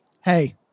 hey